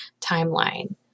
timeline